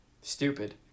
Stupid